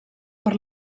per